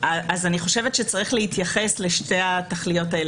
אני חושבת שצריך להתייחס לשתי התכליות האלה.